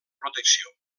protecció